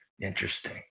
Interesting